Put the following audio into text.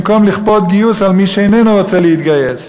במקום לכפות גיוס על מי שאיננו רוצה להתגייס.